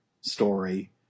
story